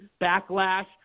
backlash